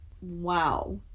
wow